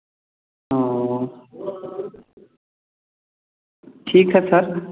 ठीक है सर